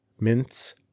mince